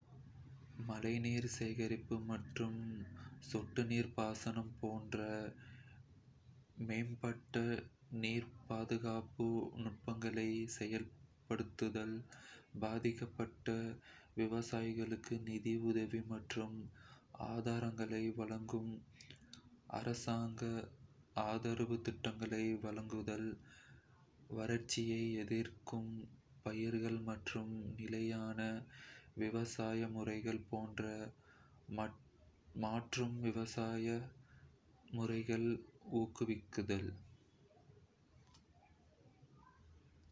மழைநீர் சேகரிப்பு மற்றும் சொட்டு நீர் பாசனம் போன்ற மேம்பட்ட நீர் பாதுகாப்பு நுட்பங்களை செயல்படுத்துதல். பாதிக்கப்பட்ட விவசாயிகளுக்கு நிதி உதவி மற்றும் ஆதாரங்களை வழங்கும் அரசாங்க ஆதரவு திட்டங்களை வழங்குதல். வறட்சியை எதிர்க்கும் பயிர்கள் மற்றும் நிலையான விவசாய முறைகள் போன்ற மாற்று விவசாய முறைகளை ஊக்குவித்தல்.